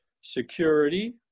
security